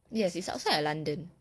yes it's outside of london